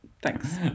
Thanks